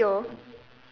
B_T_O